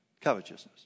covetousness